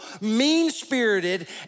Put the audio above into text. mean-spirited